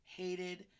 hated